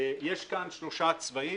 יש כאן שלושה צבעים,